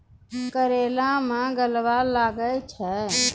करेला मैं गलवा लागे छ?